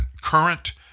Current